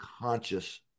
conscious